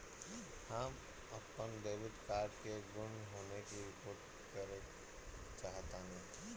हम अपन debit card के गुम होने की रिपोर्ट करे चाहतानी